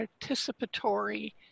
participatory